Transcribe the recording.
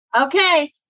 Okay